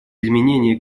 изменения